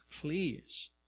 please